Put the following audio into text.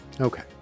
okay